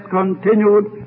continued